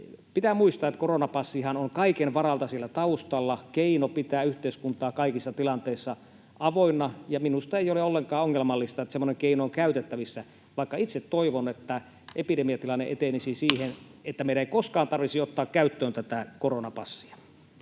Pitää muistaa, että koronapassihan on kaiken varalta siellä taustalla, keino pitää yhteiskuntaa kaikissa tilanteissa avoinna, ja minusta ei ole ollenkaan ongelmallista, että semmoinen keino on käytettävissä, vaikka itse toivon, että epidemiatilanne etenisi siihen, että meidän ei koskaan tarvitsisi ottaa käyttöön tätä koronapassia.